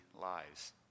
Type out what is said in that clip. lives